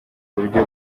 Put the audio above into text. buryo